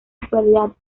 actualidad